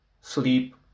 sleep